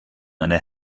einer